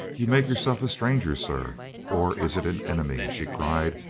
you make yourself a stranger, sir. or is it an enemy? she cried,